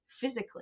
physically